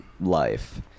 life